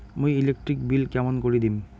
মুই electric bill কেমন করি দিম?